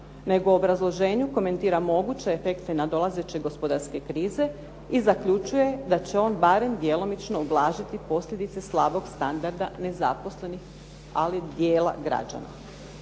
nego u obrazloženju komentira moguće je tek i nadolazeće gospodarske krize i zaključuje da će on barem djelomično ublažiti posljedice slabog standarda nezaposlenih ali dijela građana.